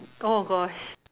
oh gosh